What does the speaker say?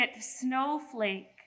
snowflake